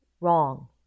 wrong